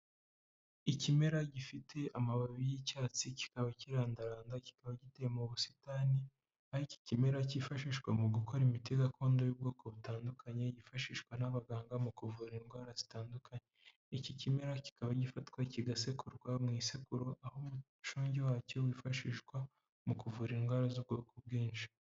Ikimera gifite amababi y'icyatsi, kikaba kirandaranda, kikaba giteye mu busitani, aho iki kimera cyifashishwa mu gukora imiti gakondo y'ubwoko butandukanye yifashishwa n'abaganga mu kuvura indwara zitandukanye, iki kimera kikaba gifatwa kigasekurwa mu isekuru aho umucugi wacyo wifashishwa mu kuvura indwara z'ubwoko bwinshi.